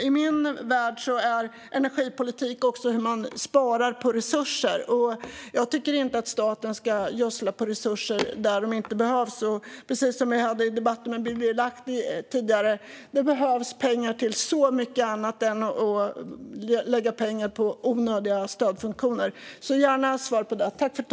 I min värld handlar energipolitik också om hur man sparar på resurser. Jag tycker inte att staten ska gödsla med resurser där de inte behövs. Precis som jag sa i replikskiftet med Birger Lahti tidigare behövs det pengar till så mycket annat än onödiga stödfunktioner. Jag vill gärna ha svar på det.